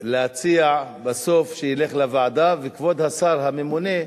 להציע בסוף שזה ילך לוועדה, וכבוד השר הממונה,